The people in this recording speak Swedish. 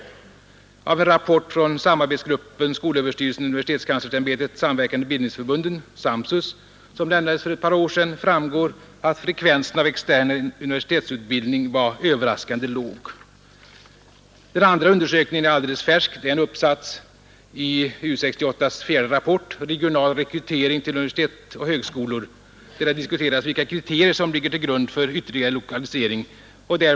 Den ena undersökningen har gjorts av samarbetsgruppen skolöverstyrelsen-universitetskanslersämbetet-Samverkande bildningsförbunden — SAMSUS. Av en rapport som lämnades för ett par år sedan framgår att frekvensen av extern universitetsutbildning var överraskande låg. Den andra undersökningen är alldeles färsk. Det är en uppsats i U 68:s fjärde rapport Regional rekrytering till universitet och högskolor under 1960-talet, där det diskuteras vilka kriterier som bör ligga till grund för ytterligare lokalisering av universitetsutbildning.